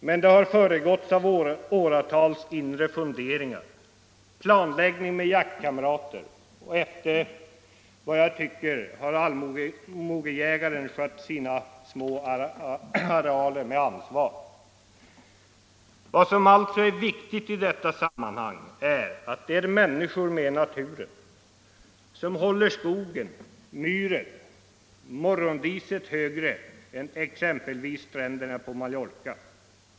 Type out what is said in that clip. Men det har föregåtts av åratals inre funderingar, planläggning med jaktkamrater och efter vad jag tycker har allmogejägaren skött sina små arealer med ansvar. Vad som alltså är viktigt i detta sammanhang är att de är människor med naturen, som håller skogen, myren, morgondiset högre än exempelvis stränderna på Mallorca.